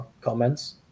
comments